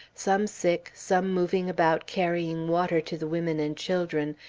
some sick, some moving about carrying water to the women and children,